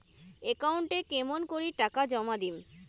একাউন্টে কেমন করি টাকা জমা দিম?